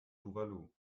tuvalu